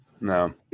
No